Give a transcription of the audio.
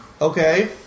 okay